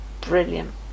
Brilliant